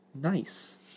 nice